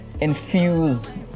infuse